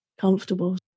comfortable